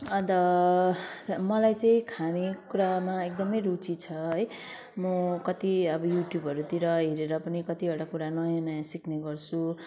अन्त मलाई चाहिँ खाने कुरामा एकदमै रुचि छ है म कति अब युट्युबहरूतिर हेरेर पनि कतिवटा कुरा नयाँ नयाँ सिक्ने गर्छु